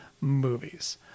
movies